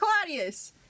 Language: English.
Claudius